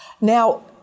Now